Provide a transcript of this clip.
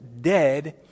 dead